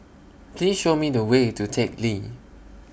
Please Show Me The Way to Teck Lee